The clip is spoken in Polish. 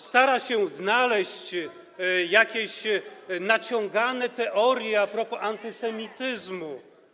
stara się znaleźć jakieś naciągane teorie a propos antysemityzmu.